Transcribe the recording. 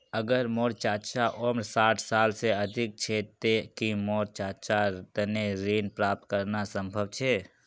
अगर मोर चाचा उम्र साठ साल से अधिक छे ते कि मोर चाचार तने ऋण प्राप्त करना संभव छे?